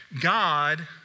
God